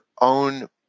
own